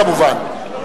כמובן.